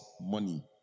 money